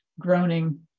groaning